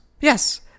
yes